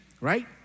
Right